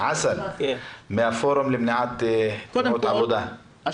אסל מהפורום למניעת תאונות עבודה, בבקשה.